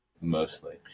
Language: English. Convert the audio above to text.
Mostly